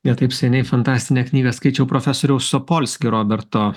ne taip seniai fantastinę knygą skaičiau profesoriaus opolski roberto